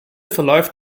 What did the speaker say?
verläuft